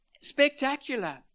Spectacular